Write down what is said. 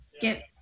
get